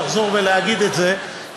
לחזור ולהגיד את זה,